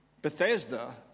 Bethesda